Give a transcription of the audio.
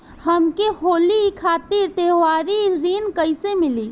हमके होली खातिर त्योहारी ऋण कइसे मीली?